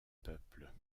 peuples